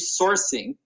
sourcing